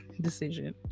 decision